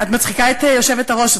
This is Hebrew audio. את מצחיקה את היושבת-ראש,